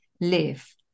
live